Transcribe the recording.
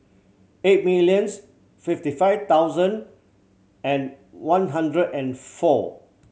eight millions fifty five thousand and one hundred and four